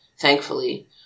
thankfully